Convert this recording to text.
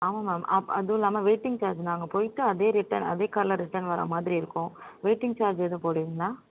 ஆமாம் மேம் அப்போ அதுவும் இல்லாமல் வெயிட்டிங் சார்ஜ் நாங்கள் போயிட்டு அதே ரிட்டன் அதே காரில் ரிட்டன் வரா மாதிரி இருக்கும் வெயிட்டிங் சார்ஜ் எதுவும் போடுவீங்களா